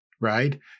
right